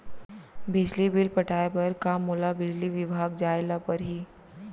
बिजली बिल पटाय बर का मोला बिजली विभाग जाय ल परही?